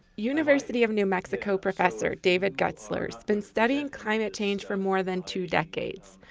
university of new mexico professor david gutzler has been studying climate change for more than two decades.